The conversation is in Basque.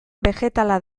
begetala